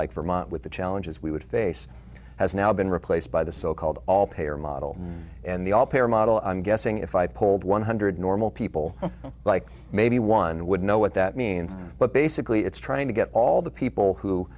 like vermont with the challenges we would face has now been replaced by the so called all payer model and the all pair model i'm guessing if i polled one hundred normal people like maybe one would know what that means but basically it's trying to get all the people who